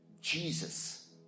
Jesus